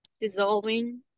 dissolving